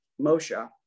Moshe